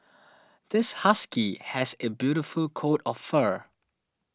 this husky has a beautiful coat of fur